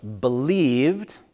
believed